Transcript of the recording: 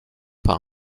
par